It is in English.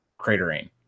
cratering